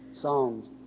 songs